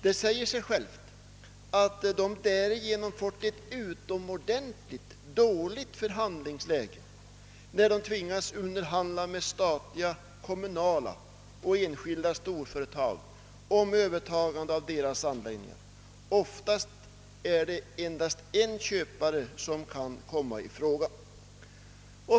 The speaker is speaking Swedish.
Det säger sig självt att föreningarna därigenom har haft ett utomordentligt dåligt förhandlingsläge, när de tvingas att underhandla med statliga, kommunala och enskilda storföretag om övertagande av deras anläggningar. Oftast kan endast en köpare komma i fråga.